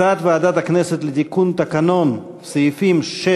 הצעת ועדת הכנסת לתיקון תקנון, סעיפים 6,